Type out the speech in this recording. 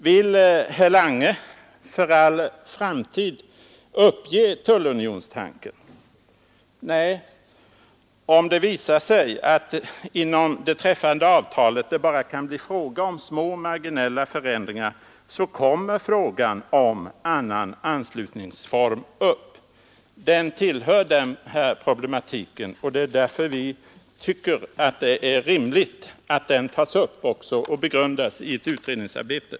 Vill herr Lange för all framtid uppge Nr 139 Tisdagen den 12 december 1972 anslutningsform upp. Den tillhör denna problematik, och det är därför vi tycker att det är rimligt att den också tas upp och begrundas i ett utredningsarbete. tullunionstanken? Nej, om det visar sig att det beträffande avtalet bara kan bli fråga om små marginella förändringar, kommer frågan om annan Avtal med EEC,